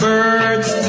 Birds